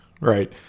right